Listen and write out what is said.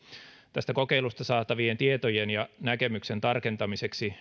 tästä kokeilusta saatavien tietojen ja näkemyksen tarkentamiseksi